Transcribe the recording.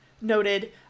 Noted